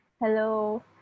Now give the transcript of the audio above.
hello